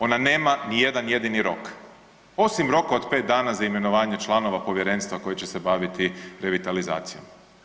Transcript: Ona nema nijedan jedini rok, osim roka od pet dana za imenovanje članova povjerenstva koji će se baviti revitalizacijom.